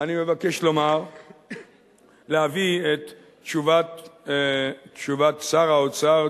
אני מבקש להביא את תשובת שר האוצר,